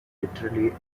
literally